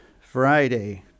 Friday